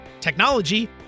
technology